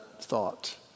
thought